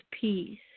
peace